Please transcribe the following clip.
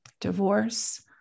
divorce